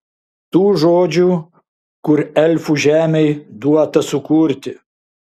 tų žodžių kur elfų žemei duota sukurti